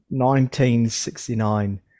1969